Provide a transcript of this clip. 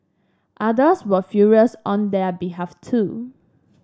others were furious on their behalf too